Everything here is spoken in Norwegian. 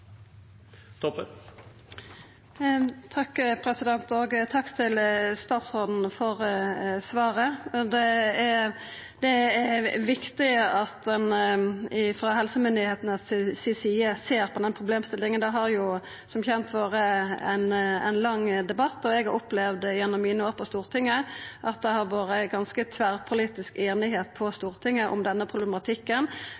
LAR. Takk til statsråden for svaret. Det er viktig at ein frå helsemyndigheitenes side ser på den problemstillinga. Det har jo som kjent vore ein lang debatt, og eg har gjennom mine år på Stortinget opplevd at det har vore ei ganske tverrpolitisk